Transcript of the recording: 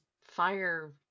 fire